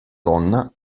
donna